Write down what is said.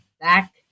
back